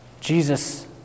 Jesus